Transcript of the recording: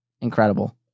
Incredible